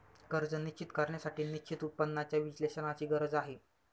कर्ज निश्चित करण्यासाठी निश्चित उत्पन्नाच्या विश्लेषणाची गरज आहे